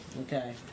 Okay